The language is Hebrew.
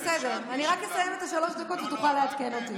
אני רק אסיים את שלוש הדקות ותוכל לעדכן אותי.